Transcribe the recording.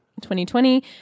2020